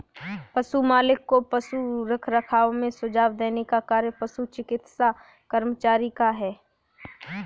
पशु मालिक को पशु रखरखाव में सुझाव देने का कार्य पशु चिकित्सा कर्मचारी का है